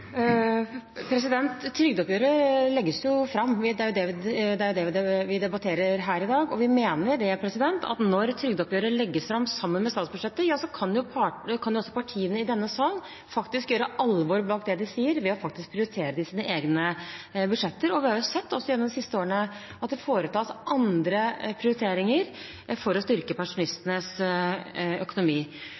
Trygdeoppgjøret legges jo fram – det er jo det vi debatterer her i dag. Vi mener at når trygdeoppgjøret legges fram sammen med statsbudsjettet, kan partiene i denne salen faktisk gjøre alvor av det de sier, ved å prioritere det i sine egne budsjetter. Vi har også sett gjennom de siste årene at det foretas andre prioriteringer for å styrke pensjonistenes økonomi.